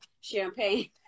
champagne